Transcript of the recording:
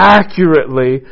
accurately